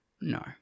No